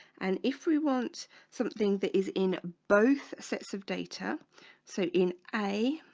and if we want something that is in both sets of data so in a